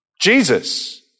Jesus